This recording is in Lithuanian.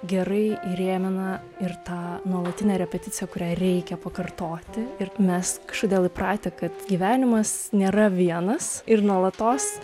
gerai įrėmina ir tą nuolatinę repeticiją kurią reikia pakartoti ir mes kažkodėl įpratę kad gyvenimas nėra vienas ir nuolatos